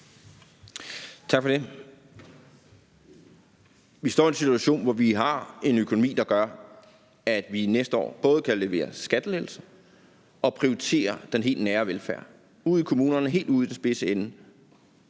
Tak for det. Vi står i en situation, hvor vi har en økonomi, der gør, at vi næste år både kan levere skattelettelser og prioritere den helt nære velfærd ude i kommunerne, altså helt ude i den spidse ende,